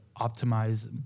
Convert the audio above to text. optimize